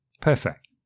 perfect